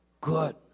good